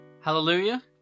Hallelujah